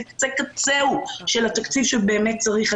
זה קצה קצהו של התקציב שצריך.